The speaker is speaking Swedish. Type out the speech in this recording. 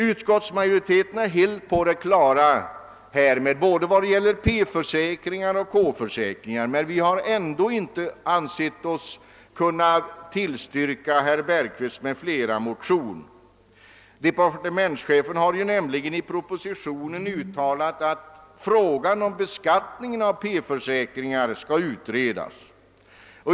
Utskottsmajoriteten har detta helt klart för sig både vad gäller P-försäkringar och K-försäkringar, men vi har ändå inte ansett oss kunna tillstyrka motionen av herr Bergqvist m.fl. Departementschefen har i propositionen uttalat att frågan om beskattningen av P-försäkringar skall utredas.